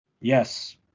Yes